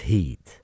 Heat